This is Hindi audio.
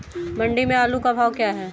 मंडी में आलू का भाव क्या है?